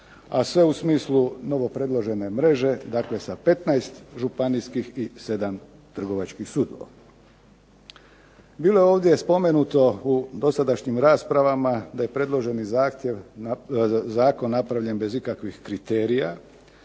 a sve u smislu novopredložene mreže dakle sa 15 županijskih i 7 trgovačkih sudova. Bilo je ovdje spomenuto u dosadašnjim raspravama da je predloženi zakon napravljen bez ikakvih kriterija.